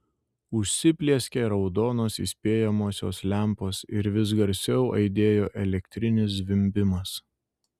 užsiplieskė raudonos įspėjamosios lempos ir vis garsiau aidėjo elektrinis zvimbimas